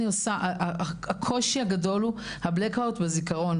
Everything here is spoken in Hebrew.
הקושי הגדול הוא הבלאק אאוט בזיכרון